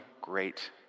great